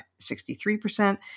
63%